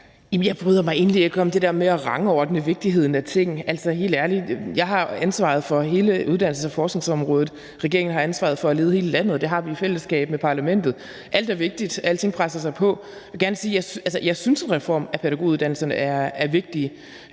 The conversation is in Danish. Jeg bryder mig egentlig ikke om det der med at rangordne vigtigheden af ting. Altså, helt ærligt, jeg har ansvaret for hele uddannelses- og forskningsområdet. Regeringen har ansvaret for at lede hele landet, og det har vi i fællesskab med parlamentet. Alt er vigtigt, alting presser sig på. Jeg vil gerne sige, at jeg synes, at en reform af pædagoguddannelsen er vigtig.